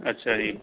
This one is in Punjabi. ਅੱਛਾ ਜੀ